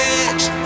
edge